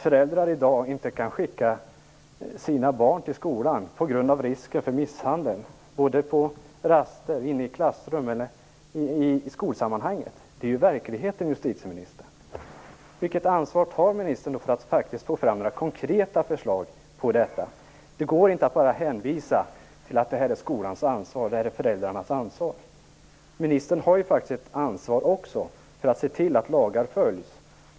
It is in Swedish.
Föräldrar kan i dag inte skicka sina barn till skolan på grund av risken för misshandel, på raster, inne i klassrum, ja, i skolsammanhanget. Det är verkligheten, justitieministern. Vilket ansvar tar ministern för att få fram några konkreta förslag om detta? Det går inte att bara hänvisa till att det här är skolans ansvar, det är föräldrarnas ansvar. Ministern har faktiskt också ett ansvar för att lagar följs.